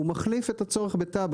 הוא מחליף את הצורך בתב"ע,